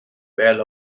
bell